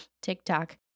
TikTok